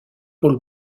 paul